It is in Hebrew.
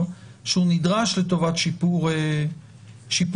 שהוא נדרש באמת לטובת שיפור הביצועים,